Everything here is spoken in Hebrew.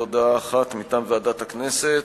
הודעה אחת מטעם ועדת הכנסת: